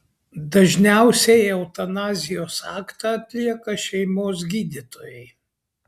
dažniausiai eutanazijos aktą atlieka šeimos gydytojai